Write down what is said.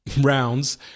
rounds